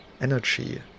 energy